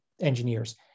engineers